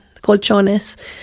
colchones